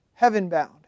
heavenbound